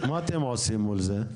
מה אתם עושים מול זה?